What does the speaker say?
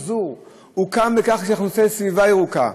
הוא קם לצורך מחזור, הוא קם לסביבה ירוקה.